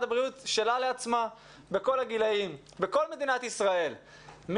הבריאות בכל הגילים בכל מדינת ישראל,